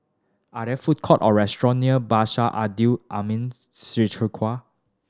are there food courts or restaurant near Abdul Aleem Siddique